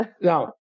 Now